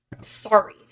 sorry